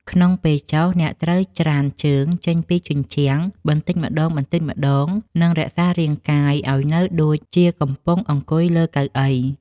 ក្នុងពេលចុះ អ្នកត្រូវច្រានជើងចេញពីជញ្ជាំងបន្តិចម្ដងៗ និងរក្សារាងកាយឱ្យដូចជាកំពុងអង្គុយលើកៅអី។